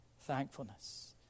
thankfulness